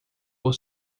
por